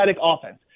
offense